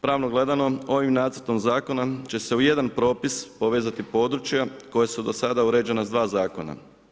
Pravno gledamo ovim nacrtom zakona će se u jedan propis povezati područja koja su do sada uređena s dva zakona.